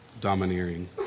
domineering